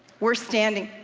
we're standing.